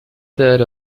third